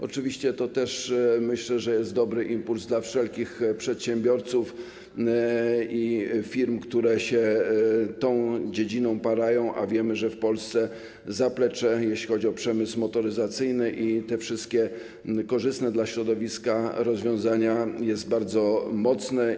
Oczywiście myślę, że to też jest dobry impuls dla wszelkich przedsiębiorców i firm, które się parają tą dziedziną, a wiemy, że w Polsce zaplecze, jeśli chodzi o przemysł motoryzacyjny i wszystkie korzystne dla środowiska rozwiązania, jest bardzo mocne.